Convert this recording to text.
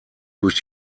durch